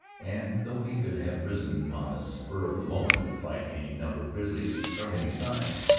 and though he could have risen on the spur of the moment to fight any number of grizzlies of any size,